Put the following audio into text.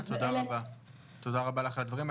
11:35) תודה רבה לך הדברים.